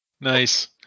nice